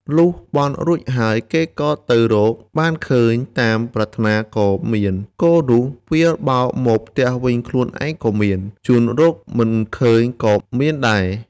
លុះបន់រួចហើយ គេក៏ទៅរក បានឃើញតាមប្រាថ្នាក៏មានគោនោះវាបោលមកផ្ទះវិញខ្លួនវាក៏មាន ជូនរកមិនឃើញក៏មានដែរ